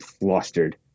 flustered